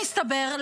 מסתבר,